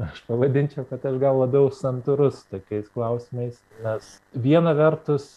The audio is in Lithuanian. aš pavadinčiau kad aš gal labiau santūrus tokiais klausimais nes viena vertus